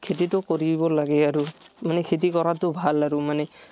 খেতিটো কৰিব লাগে আৰু মানে খেতি কৰাতো ভাল আৰু মানে